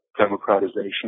democratization